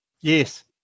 Yes